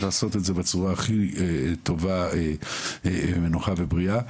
לעשות את זה בצורה הכי טובה ונוחה ובריאה.